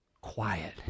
quiet